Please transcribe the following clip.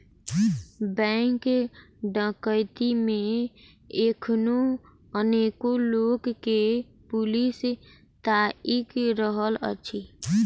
bank डकैती मे एखनो अनेको लोक के पुलिस ताइक रहल अछि